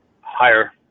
Higher